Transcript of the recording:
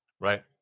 right